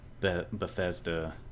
Bethesda